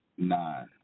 Nine